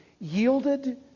yielded